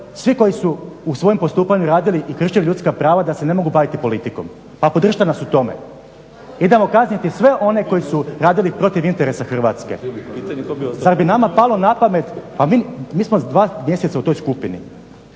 svi koji su u svom postupanju radili i kršili ljudska prava da se ne mogu baviti politikom. Pa podržite nas u tome. Idemo kazniti sve one koji su radili protiv interesa Hrvatske. Zar bi nama palo na pamet, mi smo dva mjeseca u toj skupini,